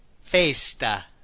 Festa